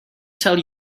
tell